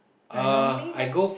I normally like